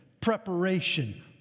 preparation